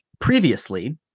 previously